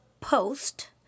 post